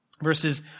Verses